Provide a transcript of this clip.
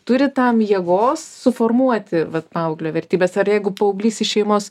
turi tam jėgos suformuoti vat paauglio vertybės ar jeigu paauglys iš šeimos